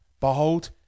Behold